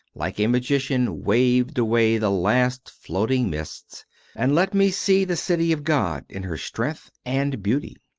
like a magi cian, waved away the last floating mists and let me see the city of god in her strength and beauty.